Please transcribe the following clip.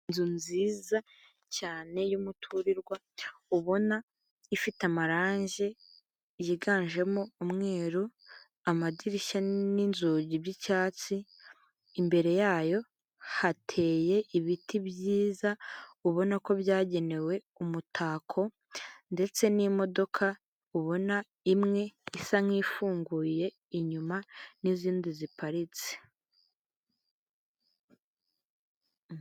Inzu nziza cyane y'umuturirwa ubona ifite amarangi yiganjemo umweru, amadirishya n'inzugi by'icyatsi, imbere yayo hateye ibiti byiza ubona ko byagenewe umutako ndetse n'imodoka ubona imwe isa nk'ifunguye inyuma n'izindi ziparitse.